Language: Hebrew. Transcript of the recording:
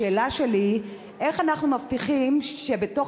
השאלה שלי: איך אנחנו מבטיחים שבתוך